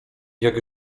jak